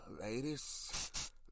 ladies